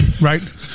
right